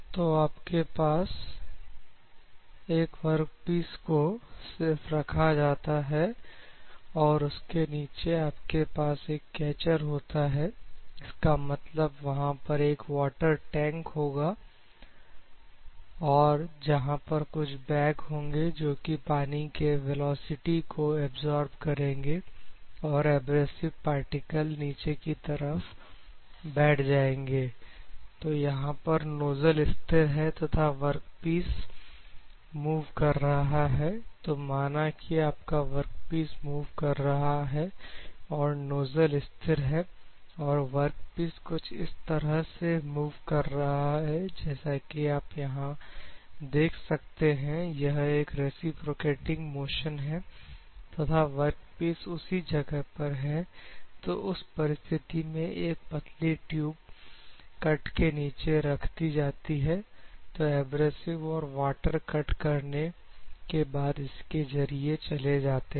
तो आपके पास एक वर्कपीस को सिर्फ रखा जाता है और उसके नीचे आपके पास एक कैचर होता है इसका मतलब वहां पर एक वाटर टैंक होगा और जहां पर कुछ बैग होंगे जो कि पानी के वेलोसिटी को अब्सॉर्ब करेंगे और एब्रेसिव पार्टिकल नीचे की तरफ बैठ जाएंगे तो यहां पर नोजल स्थिर है तथा वर्कपीस मूव कर रहा है तो माना कि आपका वर्कपीस मूव कर रहा है और नोजल स्थिर है और वर्कपीस कुछ इस तरह से मूव कर रहा है जैसा कि आप यहां देख सकते हैं यह एक रिसिप्रोकेटिंग मोशन है तथा वर्कपीस उसी जगह पर है तो उस परिस्थिति में एक पतली ट्यूब कट के नीचे रख दी जाती है तो एब्रेसिव और वाटर कट करने के बाद इसके जरिए चले जाते हैं